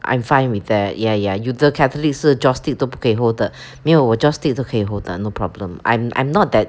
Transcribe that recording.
I'm fine with that ya ya 有的 catholic 是 joss stick 都不可以 hold 的没有我 joss stick 都可以 hold 的 no problem I'm I'm not that